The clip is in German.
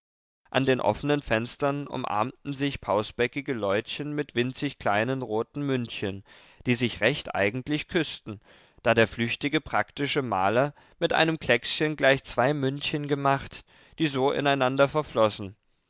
an den offenen fenstern umarmten sich pausbäckige leutchen mit winzig kleinen roten mündchen die sich recht eigentlich küßten da der flüchtige praktische maler mit einem kleckschen gleich zwei mündchen gemacht die so ineinander verflossen